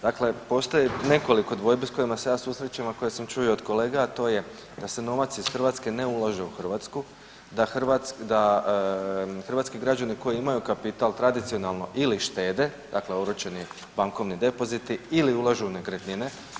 Dakle, postoji nekoliko dvojbi s kojima se ja susrećem, a koje sam čuo i od kolega, a to je da se novac iz Hrvatske ne ulaže u Hrvatsku, da hrvatski građani koji imaju kapital tradicionalno ili štede, dakle oročeni bankovni depoziti ili ulažu u nekretnine.